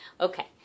okay